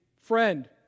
friend